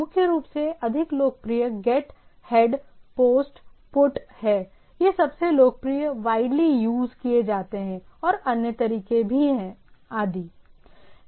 मुख्य रूप से अधिक लोकप्रिय GET HEAD POSTPUT हैं ये सबसे लोकप्रिय व्हायडली यूज़ किए जाते हैं और अन्य तरीके भी हैं आदि